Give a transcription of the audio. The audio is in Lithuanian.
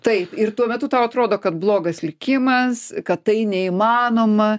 taip ir tuo metu tau atrodo kad blogas likimas kad tai neįmanoma